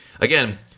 Again